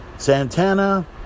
Santana